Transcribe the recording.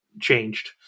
changed